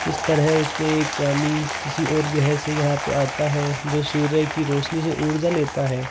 किस तरह उसमें एक प्राणी किसी और गृह से यहाँ पे आता है जो सूर्य की रोशनी से ऊर्जा लेता है